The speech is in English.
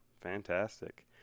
Fantastic